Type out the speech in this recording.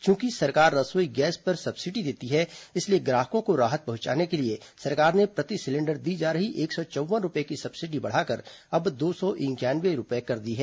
चूंकि सरकार रसोई गैस पर सब्सिडी देती है इसलिए ग्राहकों को राहत पहुंचाने के लिए सरकार ने प्रति सिलेंडर दी जा रही एक सौ चौव्वन रुपये की सब्सिडी बढ़ाकर अब दो सौ इंक्यानवे रुपये कर दी है